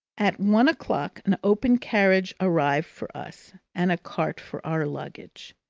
at one o'clock an open carriage arrived for us, and a cart for our luggage.